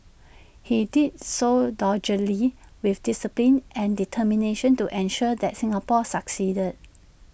he did so doggedly with discipline and determination to ensure that Singapore succeeded